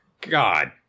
God